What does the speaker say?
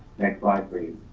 next slide, please.